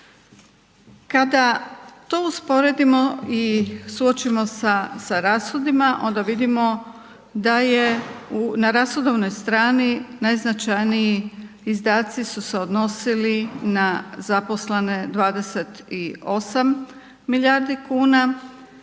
Kada to usporedimo i suočimo sa rashodima onda vidimo da je na rashodovnoj strani najznačajniji izdaci su se odnosili na zaposlene 28 milijardi kuna,